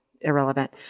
irrelevant